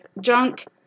junk